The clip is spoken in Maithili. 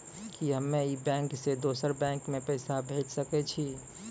कि हम्मे इस बैंक सें दोसर बैंक मे पैसा भेज सकै छी?